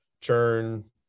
churn